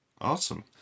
Awesome